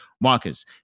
Marcus